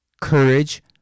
courage